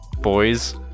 boys